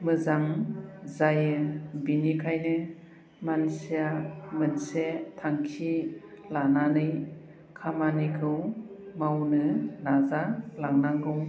मोजां जायो बिनिखायनो मानसिया मोनसे थांखि लानानै खामानिखौ मावनो नाजालांनांगौ